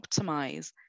optimize